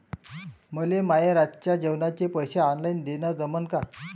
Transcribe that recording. मले माये रातच्या जेवाचे पैसे ऑनलाईन देणं जमन का?